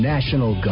National